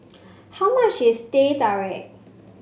how much is Teh Tarik